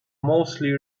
mostly